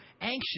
anxious